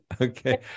okay